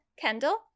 Kendall